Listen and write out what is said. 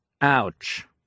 ouch